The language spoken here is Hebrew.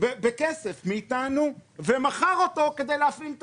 בכסף מאיתנו ומכר אותו כדי להפעיל את